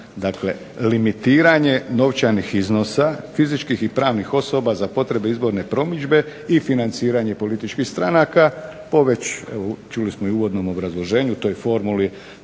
dakle limitiranje novčanih iznosa fizičkih i pravnih osoba za potrebe izborne promidžbe i financiranje političkih stranaka po već evo čuli smo i u uvodnom obrazloženju, toj formuli